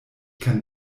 kann